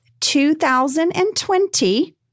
2020